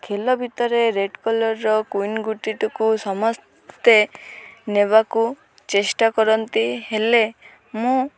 ଖେଳ ଭିତରେ ରେଡ଼୍ କଲର୍ର କୁଇନ୍ ଗୋଟିଟିକୁ ସମସ୍ତେ ନେବାକୁ ଚେଷ୍ଟା କରନ୍ତି ହେଲେ ମୁଁ